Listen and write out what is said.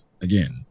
Again